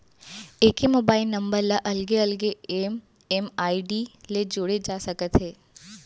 एके mobile number ल अलगे अलगे एम.एम.आई.डी ले जोड़े जा सकत हे